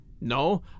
No